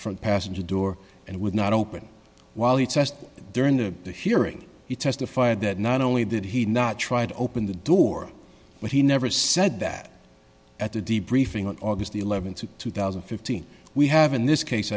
front passenger door and would not open while he test during the hearing he testified that not only did he not try to open the door but he never said that at the debriefing on august the th two thousand and fifteen we have in this case